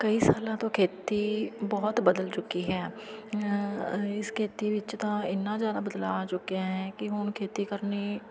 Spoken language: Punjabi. ਕਈ ਸਾਲਾਂ ਤੋਂ ਖੇਤੀ ਬਹੁਤ ਬਦਲ ਚੁੱਕੀ ਹੈ ਇਸ ਖੇਤੀ ਵਿੱਚ ਤਾਂ ਐਨਾ ਜ਼ਿਆਦਾ ਬਦਲਾਅ ਆ ਚੁੱਕਿਆ ਹੈ ਕਿ ਹੁਣ ਖੇਤੀ ਕਰਨੀ